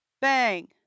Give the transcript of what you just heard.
Bang